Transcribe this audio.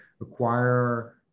acquire